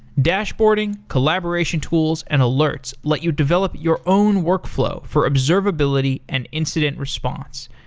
dashboarding, collaboration tools, and alerts let you develop your own workflow for observability and incident response.